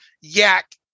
yak